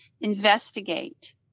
investigate